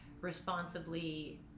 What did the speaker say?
responsibly